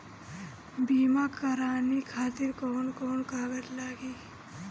बीमा कराने खातिर कौन कौन कागज लागी?